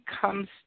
comes